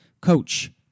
Coach